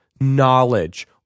knowledge